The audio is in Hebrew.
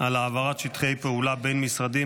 על העברת שטחי פעולה בין משרדים,